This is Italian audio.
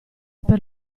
per